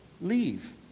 leave